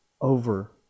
over